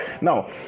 Now